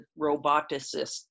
roboticists